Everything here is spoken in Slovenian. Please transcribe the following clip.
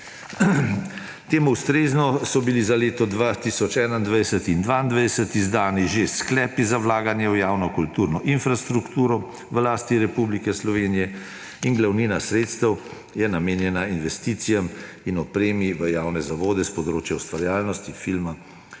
Temu ustrezno so bili za leto 2021 in 2022 izdani že sklepi za vlaganje v javno kulturno infrastrukturo v lasti Republike Slovenije. Glavnina sredstev je namenjena investicijam in opremi v javne zavode s področja ustvarjalnosti, filma,